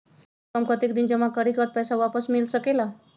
काम से कम कतेक दिन जमा करें के बाद पैसा वापस मिल सकेला?